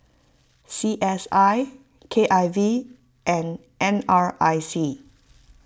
C S I K I V and N R I C